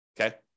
Okay